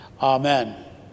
Amen